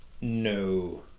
no